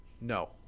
No